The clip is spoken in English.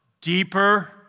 deeper